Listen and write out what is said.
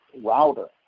router